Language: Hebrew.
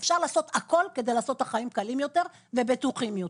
אפשר לעשות הכול כדי לעשות את החיים קלים יותר ובטוחים יותר.